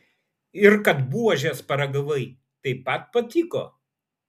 ir kad buožės paragavai taip pat patiko